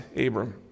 Abram